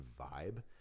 vibe